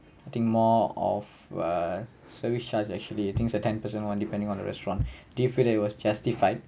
I think more of a service charge actually I thinks the ten percent one depending on the restaurant do you feel it was justified